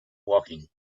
woking